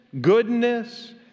goodness